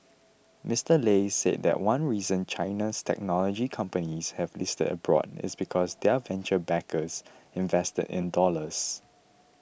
Mister Lei said that one reason China's technology companies have listed abroad is because their venture backers invested in dollars